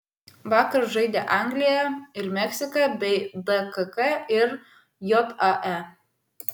vakar žaidė anglija ir meksika bei dkk ir jae